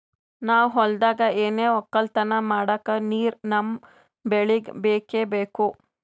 ನಾವ್ ಹೊಲ್ದಾಗ್ ಏನೆ ವಕ್ಕಲತನ ಮಾಡಕ್ ನೀರ್ ನಮ್ ಬೆಳಿಗ್ ಬೇಕೆ ಬೇಕು